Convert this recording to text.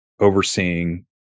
overseeing